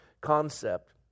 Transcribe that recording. concept